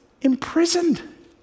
imprisoned